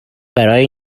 برای